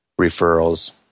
referrals